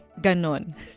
ganon